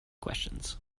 questions